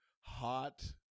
hot